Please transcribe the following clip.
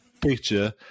picture